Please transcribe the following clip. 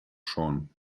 schon